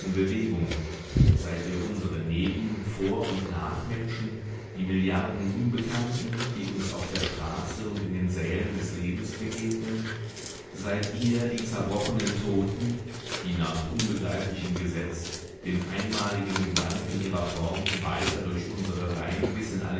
bewegung seid ihr unsere neben vor und nachmenschen die milliarden unbekannten die uns auf der straße und in den sälen des lebens begegnen seid ihr die zerbrochenen toten die nach unbegreiflichem gesetz den einmaligen gedanken ihrer form weiter durch unsere reihen bis in